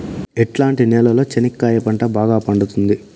ఎట్లాంటి నేలలో చెనక్కాయ పంట బాగా పండుతుంది?